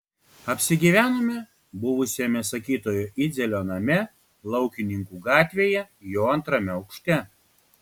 apsigyvenome buvusiame sakytojo idzelio name laukininkų gatvėje jo antrame aukšte